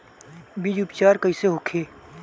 बीज उपचार कइसे होखे?